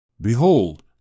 Behold